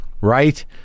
right